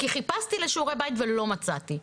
כי חיפשתי לשיעורי בית, ולא מצאתי.